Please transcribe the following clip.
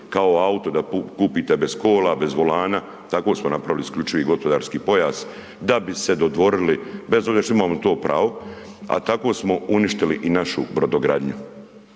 kao auto da kupite bez kola, bez volana, tako smo napravili IGP da bi se dodvorili, bez obzira što imamo to pravo, a tako smo uništili i našu brodogradnju.